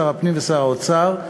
שר הפנים ושר האוצר,